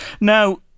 Now